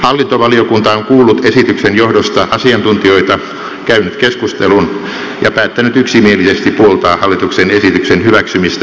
hallintovaliokunta on kuullut esityksen johdosta asiantuntijoita käynyt keskustelun ja päättänyt yksimielisesti puoltaa hallituksen esityksen hyväksymistä muuttamattomana